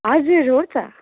हजुर हो त